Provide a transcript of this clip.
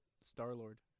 Star-Lord